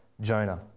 Jonah